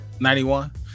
91